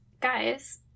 guys